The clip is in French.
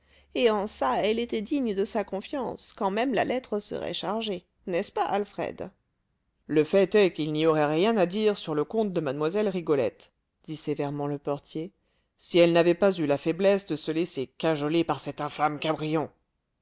et en ça elle était digne de sa confiance quand même la lettre serait chargée n'est-ce pas alfred le fait est qu'il n'y aurait rien à dire sur le compte de mlle rigolette dit sévèrement le portier si elle n'avait pas eu la faiblesse de se laisser cajoler par cet infâme cabrion